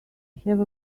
have